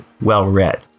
well-read